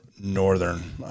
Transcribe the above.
northern